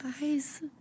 Guys